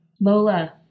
Lola